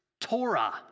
Torah